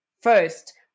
first